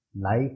life